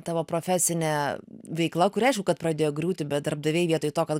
tavo profesinė veikla kuri aišku kad pradėjo griūti bet darbdaviai vietoj to kad